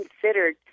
considered